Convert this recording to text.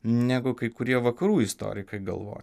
negu kai kurie vakarų istorikai galvoja